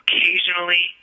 occasionally